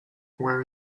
where